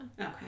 Okay